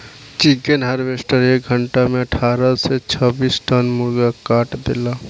chicken harvester एक घंटा में अठारह से छब्बीस टन मुर्गा काट देला